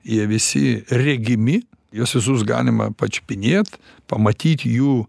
jie visi regimi juos visus galima pačiupinėt pamatyt jų